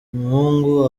umuhungu